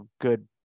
good